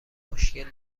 مشکل